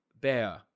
bear